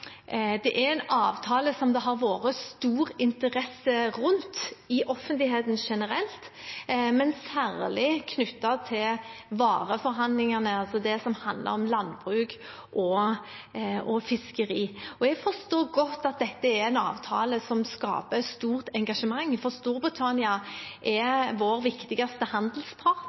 Det er en avtale som det har vært stor interesse rundt i offentligheten generelt, men særlig knyttet til vareforhandlingene, altså det som handler om landbruk og fiskeri. Jeg forstår godt at dette er en avtale som skaper stort engasjement, for Storbritannia er vår viktigste